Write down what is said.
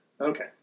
Okay